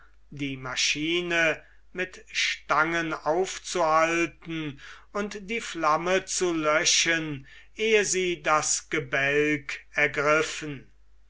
die maschine mit stangen aufzuhalten und die flammen zu löschen ehe sie das gebälk ergriffen